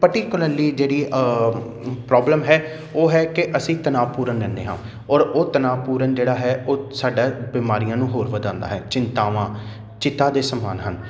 particularly ਜਿਹੜੀ problem ਹੈ ਉਹ ਹੈ ਕਿ ਅਸੀਂ ਤਨਾਅ ਪੂਰਨ ਲੈਦੇ ਹਾਂ ਔਰ ਉਹ ਤਨਾਵ ਪੂਰਨ ਜਿਹੜਾ ਹੈ ਉਹ ਸਾਡਾ ਬਿਮਾਰੀਆਂ ਨੂੰ ਹੋਰ ਵਧਾਉਂਦਾ ਹੈ ਚਿੰਤਾਵਾਂ ਚਿਤਾ ਦੇ ਸਮਾਨ ਹਨ